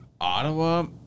Ottawa